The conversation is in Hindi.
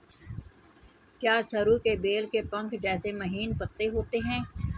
क्या सरु के बेल के पंख जैसे महीन पत्ते होते हैं?